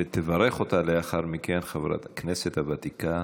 תברך אותה לאחר מכן חברת הכנסת הוותיקה